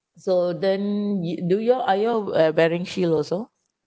so then you do you all are you all uh wearing shield also